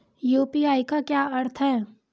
UPI का क्या अर्थ है?